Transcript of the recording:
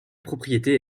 propriété